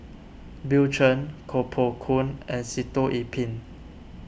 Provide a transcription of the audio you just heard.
Bill Chen Koh Poh Koon and Sitoh Yih Pin